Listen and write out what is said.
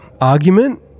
argument